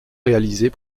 réalisés